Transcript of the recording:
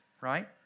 right